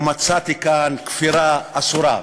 ומצאתי כאן כפירה אסורה.